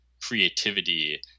creativity